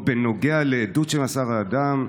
או בנוגע לעדות שמסר האדם,